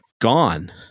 gone